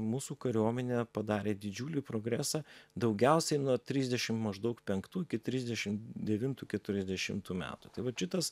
mūsų kariuomenė padarė didžiulį progresą daugiausiai nuo trisdešim maždaug penktų iki trisdešim devintų keturiasdešimtų metų tai vat šitas